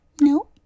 No